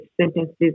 sentences